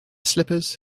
slippers